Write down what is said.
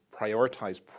prioritize